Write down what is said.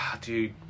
Dude